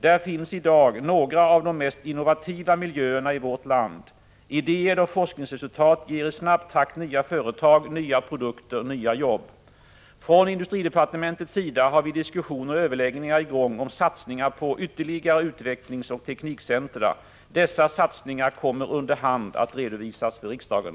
Där finns i dag några av de mest innovativa miljöerna i vårt land. Idéer och forskningsresultat ger i snabb takt nya företag, nya produkter, nya jobb. Från industridepartementets sida har vi diskussioner och överläggningar i gång om satsningar på ytterligare utvecklingsoch teknikcentra. Dessa satsningar kommer under hand att redovisas för riksdagen.